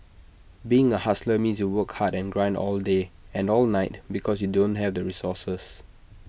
being A hustler means you work hard and grind all day and all night because you don't have resources